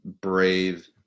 Brave